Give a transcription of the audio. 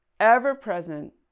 ever-present